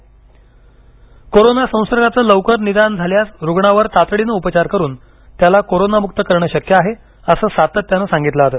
वेळेत उपचार कोरोना संसर्गाचे लवकर निदान झाल्यास रुग्णावर तातडीने उपचार करून त्याला कोरोनामुक्त करणे शक्य आहे असे सातत्याने सांगितले जात